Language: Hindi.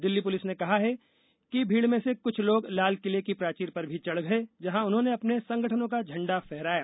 दिल्ली पुलिस ने कहा है कि भीड़ में से कुछ लोग लालकिले की प्राचीर पर भी चढ़ गए जहां उन्होंने अपने संगठनों का झंडा फहराया